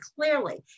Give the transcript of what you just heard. clearly